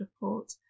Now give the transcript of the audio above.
report